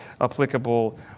applicable